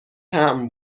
طعم